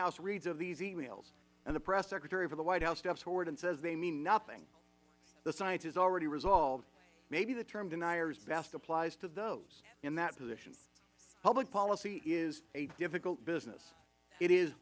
house reads of these e mails and the press secretary for the white house steps forward and says they mean nothing the science is already resolved maybe the term deniers best applies to those in that position public policy is a difficult business it is